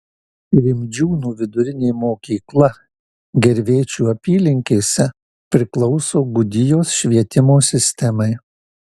rimdžiūnų vidurinė mokykla gervėčių apylinkėse priklauso gudijos švietimo sistemai